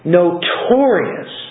notorious